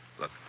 Look